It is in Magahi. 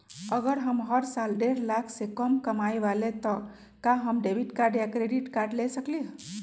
अगर हम हर साल डेढ़ लाख से कम कमावईले त का हम डेबिट कार्ड या क्रेडिट कार्ड ले सकली ह?